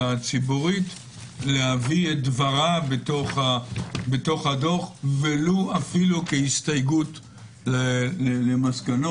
הציבורית להביא את דברה בתוך הדוח ולו כהסתייגות למסקנות.